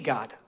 God